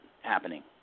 happening